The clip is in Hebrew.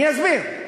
אני אסביר.